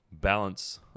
balance